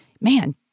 man